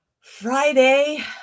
Friday